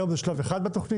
היום זה שלב אחד בתוכנית,